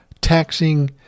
taxing